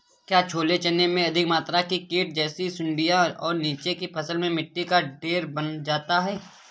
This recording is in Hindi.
क्या छोले चने में अधिक मात्रा में कीट जैसी सुड़ियां और नीचे की फसल में मिट्टी का ढेर बन जाता है?